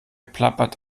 plappert